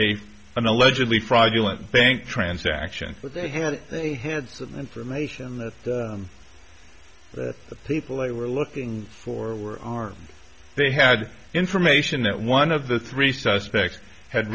a an allegedly fraudulent bank transaction that they had they had some information that the people they were looking for were armed they had information that one of the three suspects had